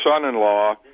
son-in-law